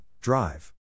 Drive